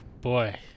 boy